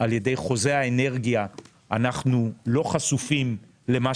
על ידי חוזה האנרגיה אנחנו לא חשופים למה